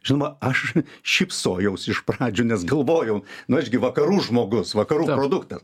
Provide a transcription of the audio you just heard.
žinoma aš šypsojausi iš pradžių nes galvojau na aš gi vakarų žmogus vakarų produktas